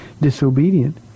disobedient